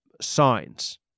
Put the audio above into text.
signs